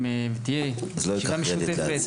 תהיה ישיבה משותפת.